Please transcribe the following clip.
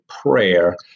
prayer